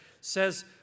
says